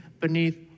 beneath